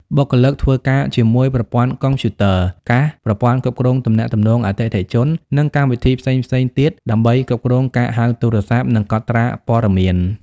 បុគ្គលិកធ្វើការជាមួយប្រព័ន្ធកុំព្យូទ័រ កាស ប្រព័ន្ធគ្រប់គ្រងទំនាក់ទំនងអតិថិជន និងកម្មវិធីផ្សេងៗទៀតដើម្បីគ្រប់គ្រងការហៅទូរស័ព្ទ និងកត់ត្រាព័ត៌មាន។